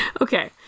Okay